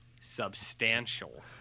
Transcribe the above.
substantial